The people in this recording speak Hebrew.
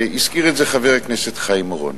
והזכיר את זה חבר הכנסת חיים אורון.